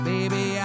Baby